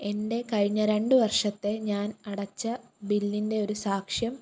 എൻ്റെ കഴിഞ്ഞ രണ്ട് വർഷത്തെ ഞാൻ അടച്ച ബില്ലിൻ്റെ ഒരു സാക്ഷ്യം